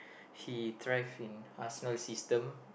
he thrive in Arsenal system